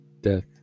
death